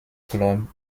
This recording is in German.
club